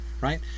right